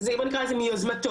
בוא נקרא לזה מיוזמתו,